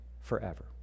forever